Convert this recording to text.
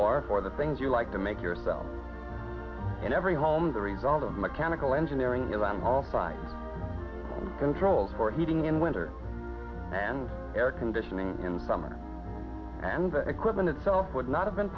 or for the things you like to make yourself in every home the result of mechanical engineering of an offsite controls for heating in winter and air conditioning in summer and the equipment itself would not have been